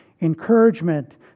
encouragement